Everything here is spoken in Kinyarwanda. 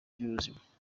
ry’ubuzima